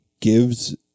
gives